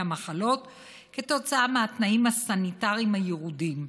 המחלות כתוצאה מהתנאים הסניטריים הירודים.